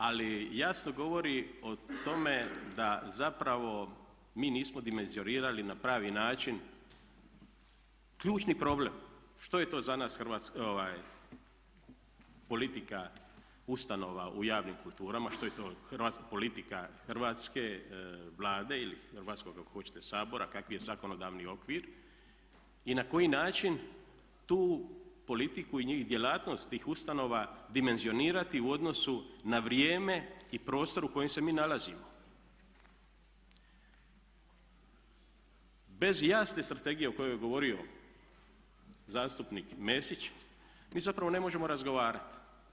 Ali jasno govori o tome da zapravo mi nismo dimenzionirali na pravi način ključni problem što je to za nas politika, ustanova u javnim kulturama, što je to politika hrvatske Vlade ili hrvatskog kako hoćete Sabora, kakav je zakonodavni okvir i na koji način tu politiku i djelatnost tih ustanova dimenzionirati u odnosu na vrijeme i prostor u kojem se mi nalazimo bez jasne strategije o kojoj je govorio zastupnik Mesić mi zapravo ne možemo razgovarat.